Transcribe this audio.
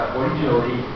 originally